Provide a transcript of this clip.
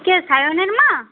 কে সায়নের মা